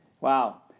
Wow